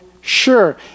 sure